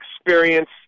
experience